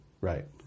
Right